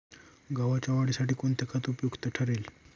गव्हाच्या वाढीसाठी कोणते खत उपयुक्त ठरेल?